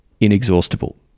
inexhaustible